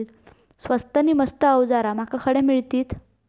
स्वस्त नी मस्त अवजारा माका खडे मिळतीत?